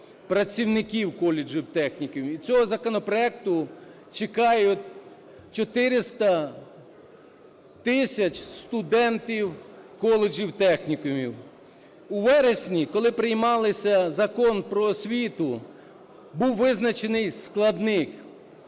працівників коледжів, технікумів. Цього законопроекту чекають 400 тисяч студентів коледжів, технікумів. У вересні, коли приймався Закон "Про освіту", був визначений складник